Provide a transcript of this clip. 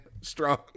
strong